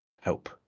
help